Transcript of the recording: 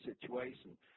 situation